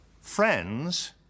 Friends